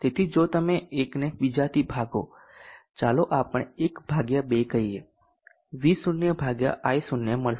તેથી જો તમે એક ને બીજાથી ભાગો ચાલો આપણે 1 ભાગ્યા 2 કહીએ V0 ભાગ્યા I0 મળશે